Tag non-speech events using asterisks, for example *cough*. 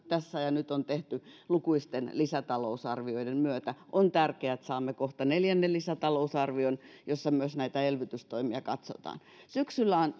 *unintelligible* tässä ja nyt on tehty lukuisten lisätalousarvioiden myötä on tärkeää että saamme kohta neljännen lisätalousarvion jossa myös näitä elvytystoimia katsotaan syksyllä on *unintelligible*